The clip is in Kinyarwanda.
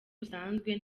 rusanzwe